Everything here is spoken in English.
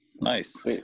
nice